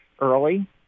early